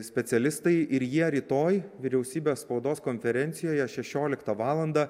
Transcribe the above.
specialistai ir jie rytoj vyriausybės spaudos konferencijoje šešioliktą valandą